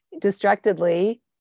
distractedly